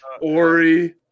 Ori